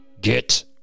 Get